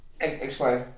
Explain